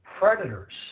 predators